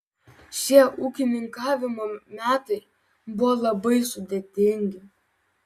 šie ūkininkavimo metai buvo labai sudėtingi